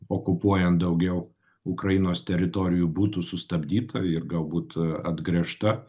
okupuojant daugiau ukrainos teritorijų būtų sustabdyta ir galbūt atgręžta